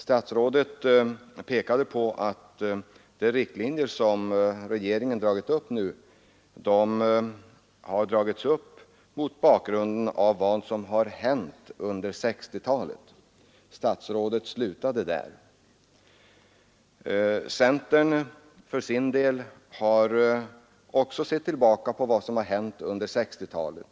Statsrådet påpekade att regeringen nu dragit upp sina riktlinjer mot bakgrund av vad som har hänt under 1960-talet. Statsrådet slutade där. Centern har också sett tillbaka på vad som hänt under 1960-talet.